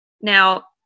Now